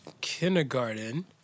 kindergarten